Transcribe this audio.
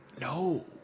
No